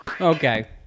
okay